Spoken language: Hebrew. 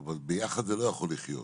אבל ביחד זה לא יכול לחיות.